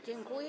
Dziękuję.